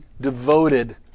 devoted